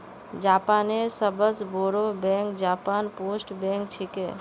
जापानेर सबस बोरो बैंक जापान पोस्ट बैंक छिके